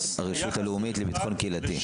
מהרשות הלאומית לביטחון לקהילתי,